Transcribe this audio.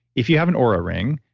if you have an oura ring,